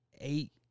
eight